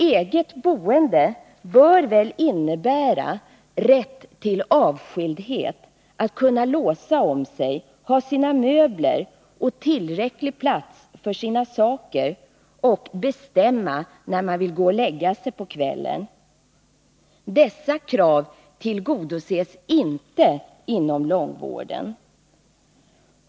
Eget boende bör väl innebära rätt till avskildhet, möjligheter att kunna låsa om sig, att ha sina möbler, att ha tillräcklig plats för sina saker och att själv bestämma när man vill gå och lägga sig på kvällen. Dessa krav tillgodoses inte inom långvården.